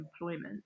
employment